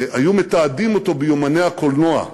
היו מתעדים אותו ביומני הקולנוע.